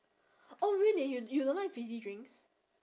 oh really you you don't like fizzy drinks